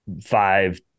five